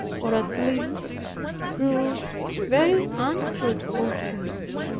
or at least prove very unfruitful to it.